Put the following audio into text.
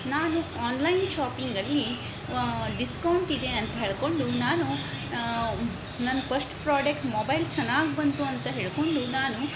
ನಾನು ಆನ್ಲೈನ್ ಶಾಪಿಂಗಲ್ಲಿ ಡಿಸ್ಕೌಂಟ್ ಇದೆ ಅಂತ ಹೇಳ್ಕೊಂಡು ನಾನು ನನ್ನ ಫಶ್ಟ್ ಪ್ರೋಡೆಕ್ಟ್ ಮೊಬೈಲ್ ಚೆನ್ನಾಗ್ ಬಂತು ಅಂತ ಹೇಳ್ಕೊಂಡು ನಾನು